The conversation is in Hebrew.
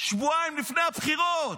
שבועיים לפני הבחירות,